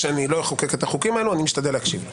שאני לא אחוקק את החוקים האלה אני משתדל להקשיב.